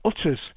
utters